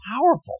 powerful